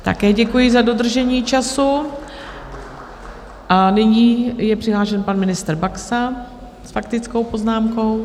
Také děkuji za dodržení času a nyní je přihlášen pan ministr Baxa s faktickou poznámkou.